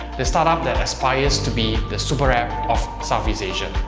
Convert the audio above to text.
the startup that aspires to be the super app of southeast asia.